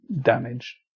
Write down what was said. damage